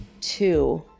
two